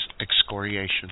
excoriation